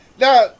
now